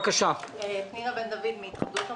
אני מהתאחדות המלונות.